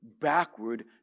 backward